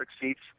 seats